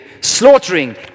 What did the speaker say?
slaughtering